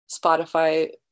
Spotify